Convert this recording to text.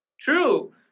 True